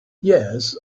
yes